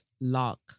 luck